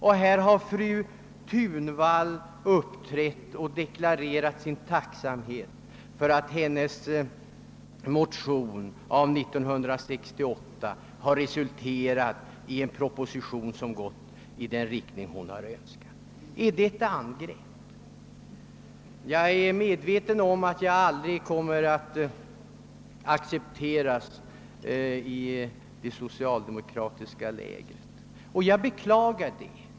Fru Thunvall som är socialdemokrat har ju deklarerat sin tacksamhet för att hennes motion av 1968 har resulterat i en proposition som går i den riktning hon har önskat sig. är det ett angrepp? Jag är medveten om att jag aldrig kommer att accepteras i det socialdemokratiska lägret. Jag beklagar det.